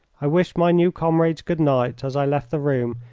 i wished my new comrades good-night as i left the room,